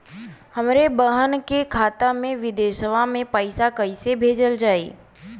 हमरे बहन के खाता मे विदेशवा मे पैसा कई से भेजल जाई?